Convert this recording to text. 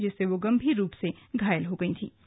जिससे वो गम्भीर रूप से घायल हो गई थीं